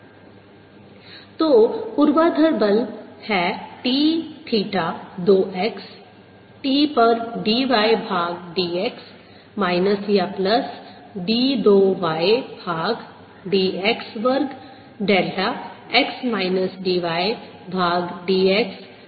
1≈tan 1∂y∂xxt2tan 2∂y∂xxxt∂y∂xxt2yx2x तो ऊर्ध्वाधर बल है T थीटा 2 x t पर dy भाग dx माइनस या प्लस d 2 y भाग d x वर्ग डेल्टा x माइनस dy भाग dx x t पर है